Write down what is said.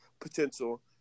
potential